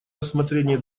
рассмотрении